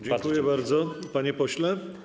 Dziękuję bardzo, panie pośle.